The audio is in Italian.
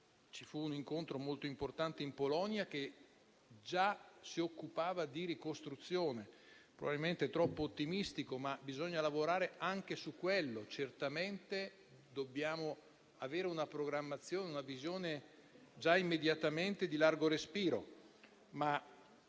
ci fu un incontro molto importante in Polonia che si occupava di ricostruzione; probabilmente era troppo ottimistico, ma bisogna lavorare anche su quello. Certamente dobbiamo avere una programmazione e una visione già immediatamente di largo respiro,